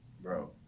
bro